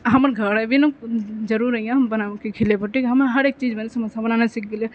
हमर घर अएबे ने जरूर अइहे हम बनाके खिलेबौ हँ हमरा हरेक चीज समोसा बनाना सीख गेलिए